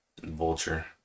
Vulture